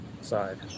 side